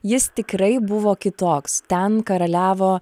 jis tikrai buvo kitoks ten karaliavo